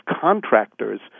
contractors